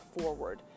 forward